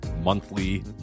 Monthly